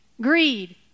Greed